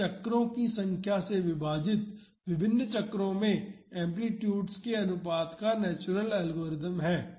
यह चक्रों की संख्या से विभाजित विभिन्न चक्रों में एम्पलीटुडस के अनुपात का नेचुरल लोगरिथ्म है